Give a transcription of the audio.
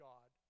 God